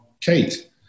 Kate